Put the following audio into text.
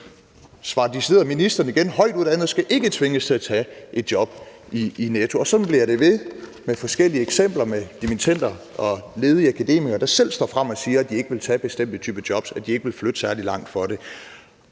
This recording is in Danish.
svarer ministeren igen og siger, at højtuddannede ikke skal tvinges til at tage et job i Netto. Og sådan bliver der ved med at være forskellige eksempler på dimittender og ledige akademikere, der selv står frem og siger, at de ikke vil tage bestemte typer jobs, og at de ikke vil flytte særlig langt for det.